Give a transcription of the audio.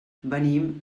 venim